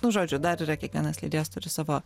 nu žodžiu dar yra kiekvienas leidėjas turi savo